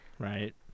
right